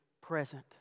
present